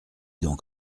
donc